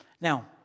Now